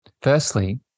Firstly